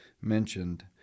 mentioned